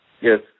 Yes